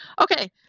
okay